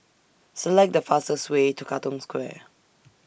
Select The fastest Way to Katong Square